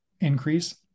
increase